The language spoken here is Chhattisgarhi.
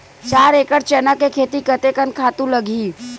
चार एकड़ चना के खेती कतेकन खातु लगही?